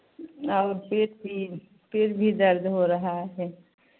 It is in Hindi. और पेट भी पेट भी दर्द हो रहा है